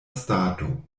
stato